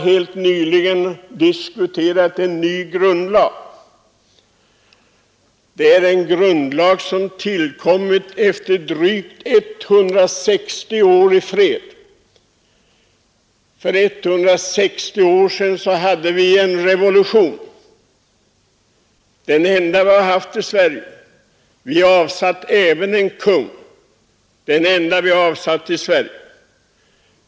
Vi har för inte så länge sedan fått en ny grundlag efter drygt 160 år i fred. Då hade vi en revolution, den enda i Sverige, och vi avsatte en kung, den ende vi har avsatt.